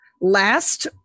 last